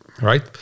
right